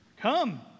Come